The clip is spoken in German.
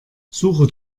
suche